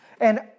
And